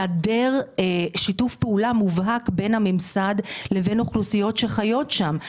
והיעדר שיתוף פעולה בין הממסד לבין האוכלוסיות שחיות שם?